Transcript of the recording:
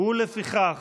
לפיכך